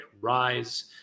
Rise